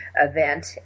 event